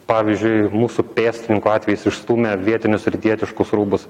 pavyzdžiui mūsų pėstininkų atvejais išstūmė vietinius rytietiškus rūbus